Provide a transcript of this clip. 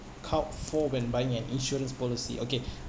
out for when buying an insurance policy okay